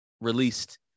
released